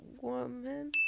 woman